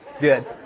Good